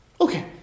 Okay